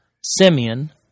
Simeon